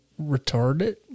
retarded